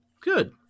Good